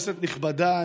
כנסת נכבדה,